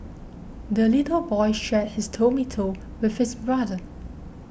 the little boy shared his tomato with his brother